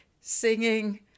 singing